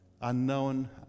unknown